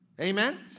Amen